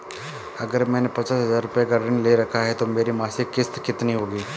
अगर मैंने पचास हज़ार रूपये का ऋण ले रखा है तो मेरी मासिक किश्त कितनी होगी?